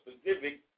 specific